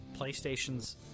PlayStation's